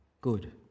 good